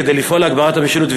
כדי לפעול להגברת המשילות,